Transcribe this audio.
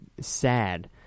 sad